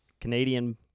Canadian